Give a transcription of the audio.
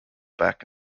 back